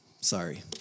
Sorry